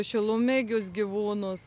šilumėgius gyvūnus